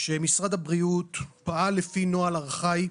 שמשרד הבריאות פעל לפי נוהל ארכאי,